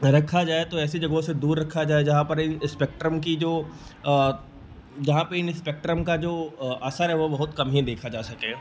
रखा जाए तो ऐसी जगहों से दूर रखा जाए जहाँ परी एस्पेक्ट्रम की जो जहाँ पर इन स्पेक्ट्रम का जो असर है वह बहुत कम ही देखा जा सके